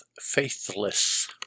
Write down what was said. Faithless